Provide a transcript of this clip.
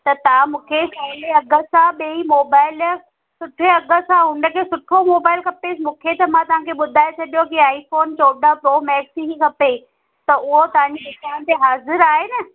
त तव्हां मूंखे फोन जे अघ जा ॿई मोबाइल जा सुठे अघ सां उन खे सुठो मोबाइल खपेसि मूंखे त मां तव्हां खे ॿुधाए छॾियो कि आई फोन चोॾहं प्रो मैक्स ई खपे त उहा तव्हां जे दुकान ते हाज़िरु आहे न